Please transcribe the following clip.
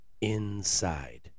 inside